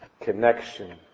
connection